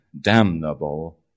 damnable